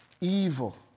evil